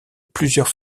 plusieurs